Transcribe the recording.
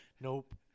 Nope